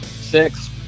Six